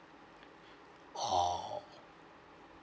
oh